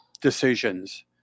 decisions